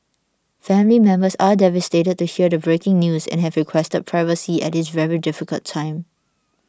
family members are devastated to hear the breaking news and have requested privacy at this very difficult time